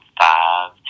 five